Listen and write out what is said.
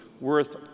worth